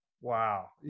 Wow